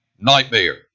nightmare